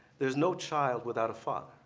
there's no child without a father.